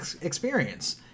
experience